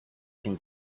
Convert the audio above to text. can